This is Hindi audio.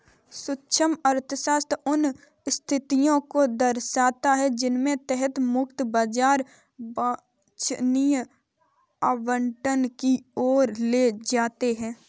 सूक्ष्म अर्थशास्त्र उन स्थितियों को दर्शाता है जिनके तहत मुक्त बाजार वांछनीय आवंटन की ओर ले जाते हैं